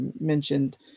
mentioned